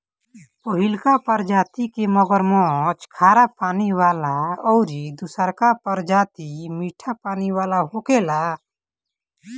पहिलका प्रजाति के मगरमच्छ खारा पानी वाला अउरी दुसरका प्रजाति मीठा पानी वाला होखेला